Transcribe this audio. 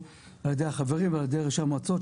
על ידי החברים ועל ידי ראשי המועצות,